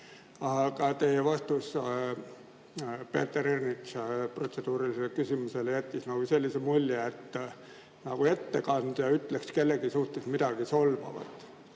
aga teie vastus Peeter Ernitsa protseduurilisele küsimusele jättis sellise mulje, nagu ettekandja oleks öelnud kellegi suhtes midagi solvavat.